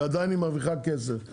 ועדיין היא מרוויחה כסף.